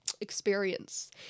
experience